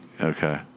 Okay